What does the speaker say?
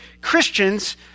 christians